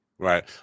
Right